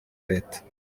leta